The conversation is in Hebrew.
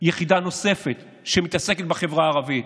יחידה נוספת שמתעסקת בחברה הערבית.